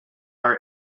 our